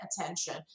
attention